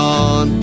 on